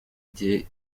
igihe